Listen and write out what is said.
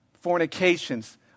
Fornications